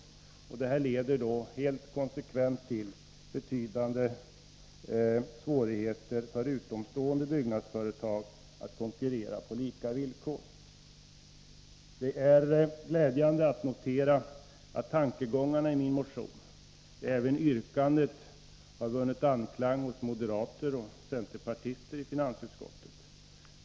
Detta leder helt konsekvent till betydande svårigheter för utomstående byggnadsföretag att kunna konkurrera på lika villkor. Det är glädjande att notera att tankegångarna och även yrkandet i min 13 motion har vunnit anklang hos moderater och centerpartister i finansutskottet.